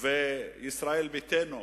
וישראל ביתנו,